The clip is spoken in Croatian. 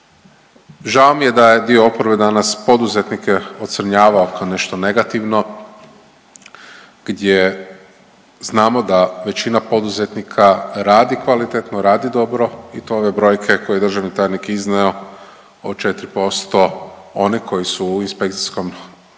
Žao mi je da je dio oporbe danas poduzetnike ocrnjavao kao nešto negativno, gdje znamo da većina poduzetnika radi kvalitetno, radi dobro i to ove brojke koje je državni tajnik izneo od 4% onih koji su u inspekcijskom nalazu nađeni